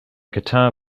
guitar